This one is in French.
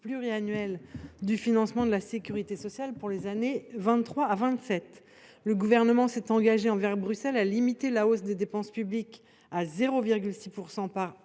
pluriannuelle du financement de la sécurité sociale pour les années 2023 à 2027. Le Gouvernement s’est engagé envers Bruxelles à limiter la hausse des dépenses publiques à 0,6 % par